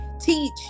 teach